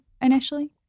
initially